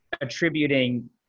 attributing